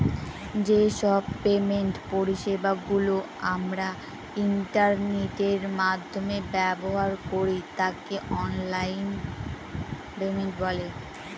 যে সব পেমেন্ট পরিষেবা গুলো আমরা ইন্টারনেটের মাধ্যমে ব্যবহার করি তাকে অনলাইন পেমেন্ট বলে